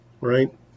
Right